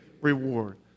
reward